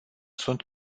sunt